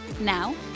now